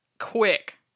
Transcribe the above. quick